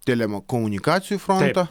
telekomunikacijų frontą